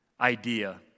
idea